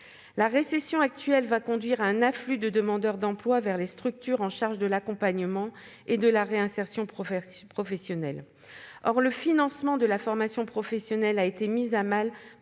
La récession actuelle entraînera un afflux de demandeurs d'emploi vers les structures chargées de l'accompagnement et de la réinsertion professionnelle. Or le financement de la formation professionnelle a été mis à mal